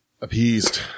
appeased